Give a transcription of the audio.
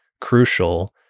crucial